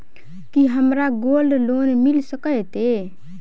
की हमरा gold loan मिल सकैत ये?